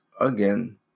again